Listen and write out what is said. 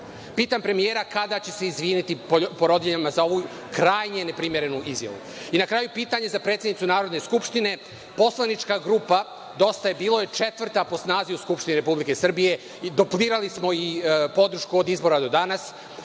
Pitam premijera - kada će se izviniti porodiljama za ovu krajnje neprimerenu izjavu? Na kraju pitanje za predsednicu Narodne skupštine. Poslanička grupa DJB je četvrta po snazi u Skupštini Republike Srbije i duplirali smo podršku od izbora do danas.